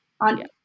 on